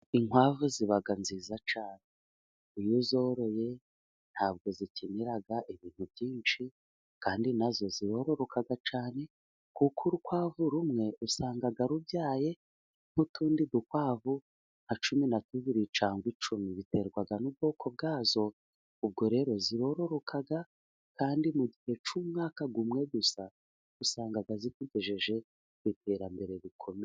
Inkwavu ziba nziza cyane, iyo uzoroye ntabwo zikenera ibintu byinshi, kandi nazo ziroroka cyane kuko urukwavu rumwe usanga rubyaye nk'utundi dukwavu nka cumi na tubiri cyangwa icumi biterwa n'ubwoko bwazo, ubwo rero ziroroka kandi mu gihe cy'umwaka umwe gusa usanga zikugejeje ku iterambere rikomeye.